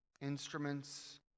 instruments